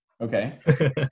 Okay